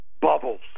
bubbles